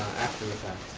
after the fact.